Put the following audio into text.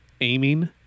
aiming